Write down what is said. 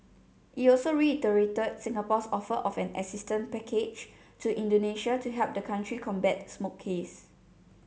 it also reiterated Singapore's offer of an assistance package to Indonesia to help the country combat smoke haze